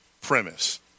Premise